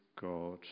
God